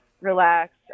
relax